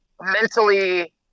mentally